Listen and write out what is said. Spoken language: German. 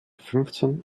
fünfzehn